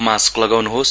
mask लगाउन्होस्